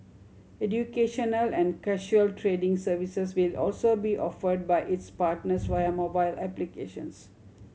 educational and casual trading services will also be offered by its partners via mobile applications